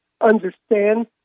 understand